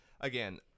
again